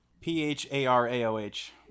P-H-A-R-A-O-H